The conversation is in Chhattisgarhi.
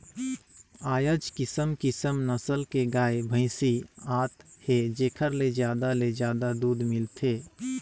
आयज किसम किसम नसल के गाय, भइसी आत हे जेखर ले जादा ले जादा दूद मिलथे